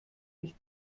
ich